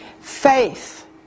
Faith